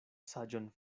saĝon